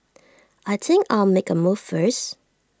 I think I'll make A move first